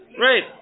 Right